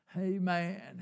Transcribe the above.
Amen